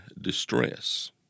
distress